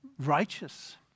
righteous